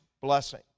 blessing